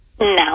No